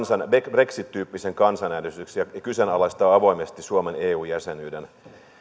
brexit tyyppisen kansanäänestyksen ja ja kyseenalaistaa avoimesti suomen eu jäsenyyden